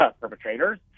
perpetrators